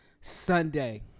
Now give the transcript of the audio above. Sunday